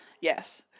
Yes